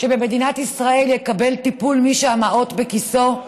שבמדינת ישראל יקבל טיפול מי שהמעות בכיסו?